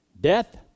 death